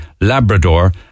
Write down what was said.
Labrador